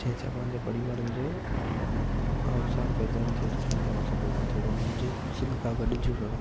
जीअं असां पंहिंजे परिवारनि जो अवसर प्रधान थिए थो शानदार अवसर प्रधान थिए थो उन्हनि जे से सां गॾु जुड़ण